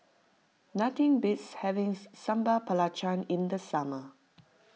nothing beats having Sambal Belacan in the summer